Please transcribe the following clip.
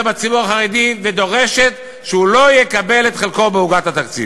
בציבור החרדי ודורשת שהוא לא יקבל את חלקו בעוגת התקציב.